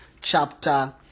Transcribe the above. chapter